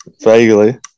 Vaguely